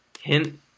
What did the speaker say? Hint